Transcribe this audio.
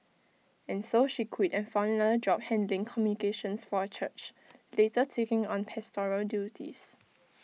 and so she quit and found another job handling communications for A church later taking on pastoral duties